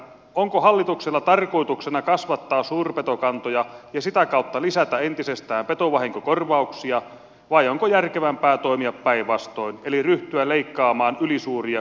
onko hallituksella tarkoituksena kasvattaa suurpetokantoja ja sitä kautta lisätä entisestään petovahinkokorvauksia vai onko järkevämpää toimia päinvastoin eli ryhtyä leikkaamaan ylisuuria suurpetokantoja